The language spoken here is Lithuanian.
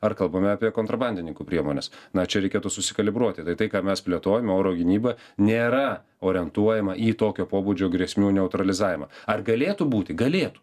ar kalbame apie kontrabandininkų priemones na čia reikėtų susikalibruoti tai tai ką mes plėtojame oro gynyba nėra orientuojama į tokio pobūdžio grėsmių neutralizavimą ar galėtų būti galėtų